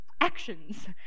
actions